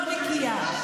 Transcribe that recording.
לא נקייה.